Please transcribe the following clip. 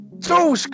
Two